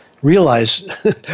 realize